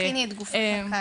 הכיני את הגוף לקיץ.